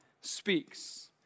speaks